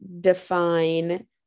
define